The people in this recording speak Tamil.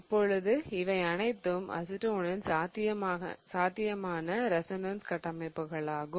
இப்பொழுது இவை அனைத்தும் அசிட்டோனின் சாத்தியமான ரெசோனன்ஸ் கட்டமைப்புகளாகும்